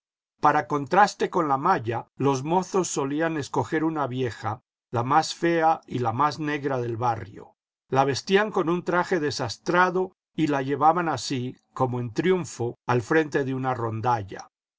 para contraste con la maya los mozos solían escogei una vieja la más fea y la más negra del barrio la vestían con un traje desastrado y la llevaban así como en triunfo al frente de una rondalla